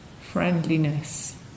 friendliness